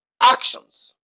actions